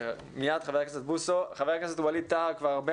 אני מבין שחבר הכנסת ווליד טאהא צריך לצאת לדיון אחר והרבה